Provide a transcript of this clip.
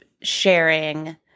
sharing